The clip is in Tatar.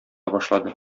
башлады